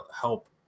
help